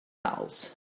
house